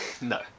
No